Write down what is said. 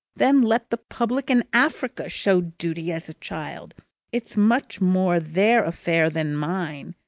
then let the public and africa show duty as a child it's much more their affair than mine.